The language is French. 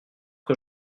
que